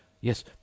yes